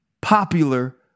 popular